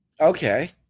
Okay